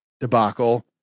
Debacle